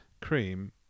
Cream